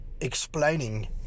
explaining